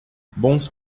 bons